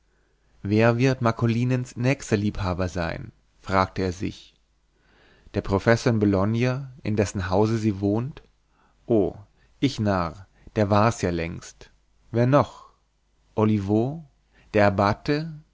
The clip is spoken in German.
wer wird marcolinens nächster liebhaber sein fragte er sich der professor in bologna in dessen hause sie wohnt o ich narr der war's ja längst wer noch olivo der